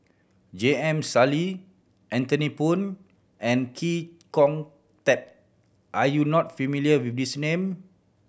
J M Sali Anthony Poon and Chee Kong Tet are you not familiar with these name